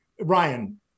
Ryan